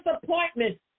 disappointment